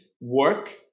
work